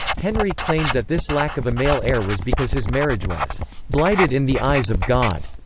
henry claimed that this lack of a male heir was because his marriage was blighted in the eyes of god.